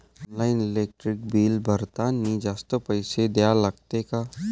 Online electric bill भरतानी जास्तचे पैसे द्या लागते का?